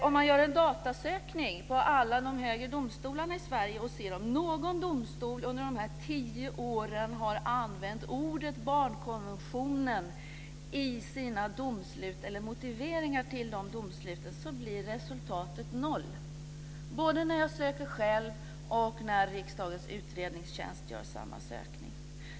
Om man gör en datasökning på alla de högre domstolarna i Sverige för att se om någon domstol under dessa tio år har använt ordet barnkonventionen i sina domslut eller motiveringar till domsluten, blir resultatet noll. Det blir så både när jag söker själv och när riksdagens utredningstjänst gör samma sökning.